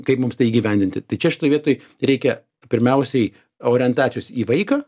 kaip mums tai įgyvendinti tai čia šitoj vietoj reikia pirmiausiai orientacijos į vaiką